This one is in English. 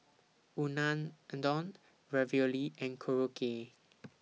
Unadon Ravioli and Korokke